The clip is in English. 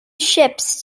ships